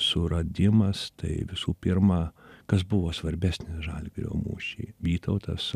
suradimas tai visų pirma kas buvo svarbesnis žalgirio mūšy vytautas